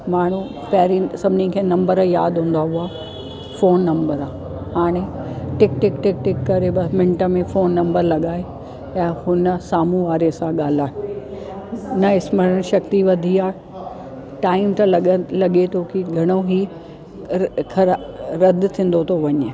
माण्हू पहिरीं सभिनी खे नंबर यादि हूंदा हुआ फ़ोन नंबर हाणे टिक टिक टिक टिक करे ॿ मिंट में फ़ोन नंबर लॻाए ऐं हुन साम्हूं वारे सां ॻाल्हाइ न स्मरण शक्ती वधी आहे टाइम त लॻन लॻे थो की घणो ई ख़राब रद थींदो थो वञे